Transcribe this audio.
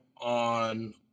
on